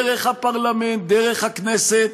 דרך הפרלמנט, דרך הכנסת,